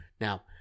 Now